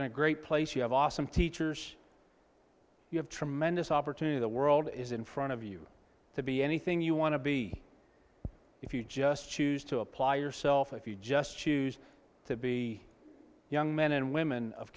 in a great place you have awesome teachers you have tremendous opportunity the world is in front of you to be anything you want to be if you just choose to apply yourself if you just choose to be young men and women of